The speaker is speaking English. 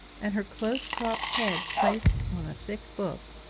and her close-cropped head placed on a thick book,